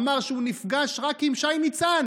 אמר שהוא נפגש רק עם שי ניצן.